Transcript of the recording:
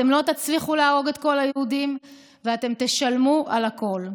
אתם לא תצליחו להרוג את כל היהודים ואתם תשלמו על הכול.